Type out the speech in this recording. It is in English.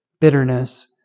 bitterness